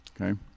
Okay